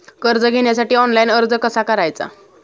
कर्ज घेण्यासाठी ऑनलाइन अर्ज कसा करायचा?